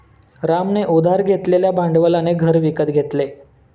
रामने उधार घेतलेल्या भांडवलाने घर विकत घेतले